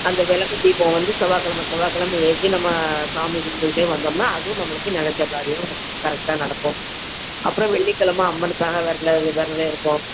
அந்த விளக்கு தீபம் வந்து செவ்வாக்கிழம செவ்வாக்கிழம ஏற்றி நம்ம சாமி கும்பிட்டு வந்தோம்னா அதுவும் நம்மளுக்கு நினச்ச காரியம் கரெக்டாக நடக்கும் அப்புறம் வெள்ளிக்கிழம அம்மனுக்காக வெரல விரதம் இருப்போம்